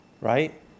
Right